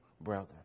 brother